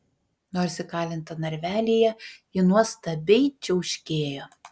nors įkalinta narvelyje ji nuostabiai čiauškėjo